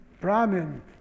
Brahmin